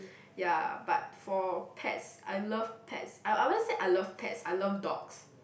ya but for pets I love pets I I won't say I love pets I love dogs